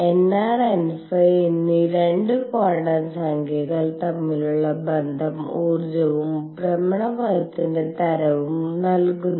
nr nϕ എന്നീ 2 quantum സംഖ്യകൾ തമ്മിലുള്ള ബന്ധം ഊർജവും ഭ്രമണപഥത്തിന്റെ തരവും നൽകുന്നു